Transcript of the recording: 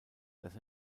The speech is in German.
dass